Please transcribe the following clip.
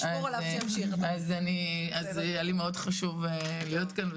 אז היה לי מאוד חשוב להיות כאן,